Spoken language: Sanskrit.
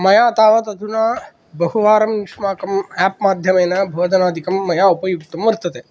मया तावदधुना बहुवारं युष्माकम् एप् माध्यमेन भोजनादिकं मया उपयुक्तं वर्तते